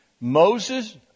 Moses